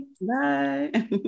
Bye